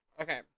Okay